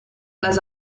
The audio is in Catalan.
les